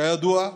כידוע,